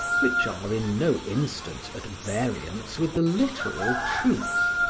which are in no instance at variance with the literal truth.